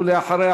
ואחריה,